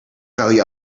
value